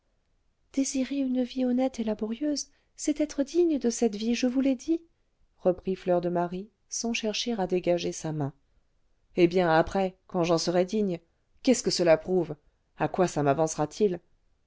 désirer une vie honnête et laborieuse c'est être digne de cette vie je vous l'ai dit reprit fleur de marie sans chercher à dégager sa main eh bien après quand j'en serais digne qu'est-ce que cela prouve à quoi ça